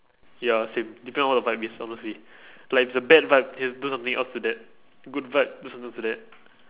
ya same depend on what the vibe is honestly like if it's a bad vibe has to do something else to that good vibe do something else to that